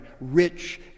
rich